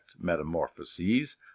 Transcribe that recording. METAMORPHOSES